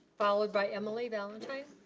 followed by emily valentine.